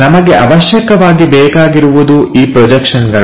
ನಮಗೆ ಅವಶ್ಯಕವಾಗಿ ಬೇಕಾಗಿರುವುದು ಈ ಪ್ರೊಜೆಕ್ಷನ್ಗಳು